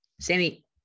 Sammy